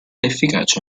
efficace